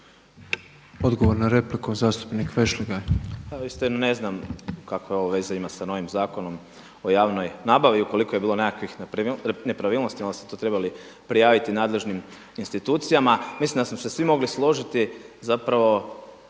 Odgovor na repliku zastupnik Vešligaj.